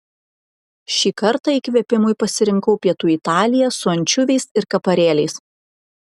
šį kartą įkvėpimui pasirinkau pietų italiją su ančiuviais ir kaparėliais